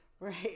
Right